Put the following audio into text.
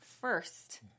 first